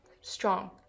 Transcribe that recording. strong